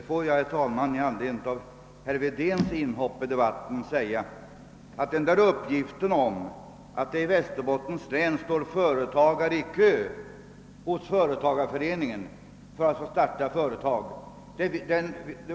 Herr talman! Får jag med anledning av herr Wedéns inhopp i debatten säga att jag inte vet varifrån han fått uppgiften att det i Västerbottens län står företagare i kö hos företagareföreningen för att få starta företag.